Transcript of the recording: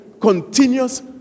continuous